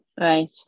Right